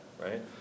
right